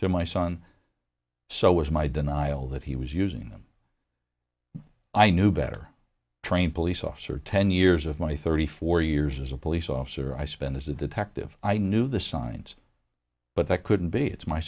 to my son so was my denial that he was using them i knew better trained police officer ten years of my thirty four years as a police officer i spent as a detective i knew the signs but that couldn't be it's my